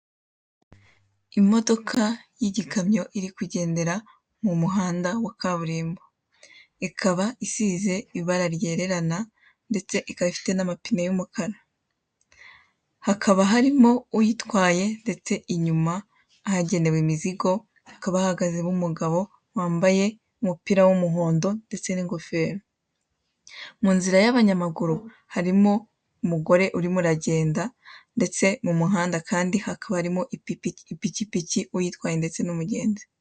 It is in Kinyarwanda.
Imodoka y'igihamyo iri kugendera mu muhanda wa kaburimbo, ikaba isize ibara ryererana ndetse ikaba ifite n'amapine y'umukara. Hakaba harimo uyitwaye ndetse inyuma hagenewe imizigo hakaba hahagazemo umugabo wambaye umupira w'umuhondo ndetse n'ingofero. Mu nzira y'abanyamaguru harimo umugore urimo uragenda ndetse mu muhanda kandi hakaba harimo ipikipiki n'uyitwaye ndetse n'umugenzi.